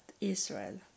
Israel